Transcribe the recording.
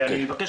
אני מבקש